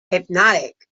hypnotic